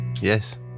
Yes